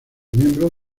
miembros